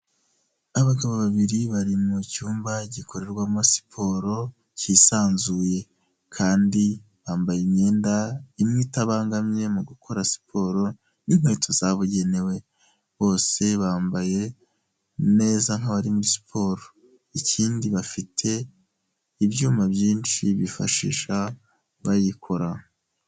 Abagabo babiri bari mu cyumba gikorerwamo siporo kisanzuye kandi bambaye imyenda imwe itabangamye mu gukora siporo n'inkweto zabugenewe, bose bambaye neza nk'abari muri siporo, ikindi bafite ibyuma byinshi bifashisha bayikora.